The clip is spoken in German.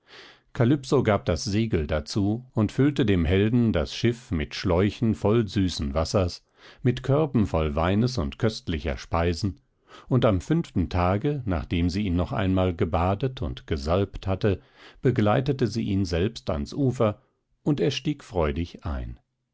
kalypso gab das segel dazu und füllte dem helden das schiff mit schläuchen voll süßen wassers mit körben voll weines und köstlicher speisen und am fünften tage nachdem sie ihn noch einmal gebadet und gesalbt hatte begleitete sie ihn selbst ans ufer und er stieg freudig ein